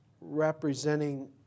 representing